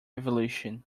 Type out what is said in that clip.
evolution